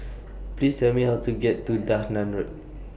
Please Tell Me How to get to Dahan Road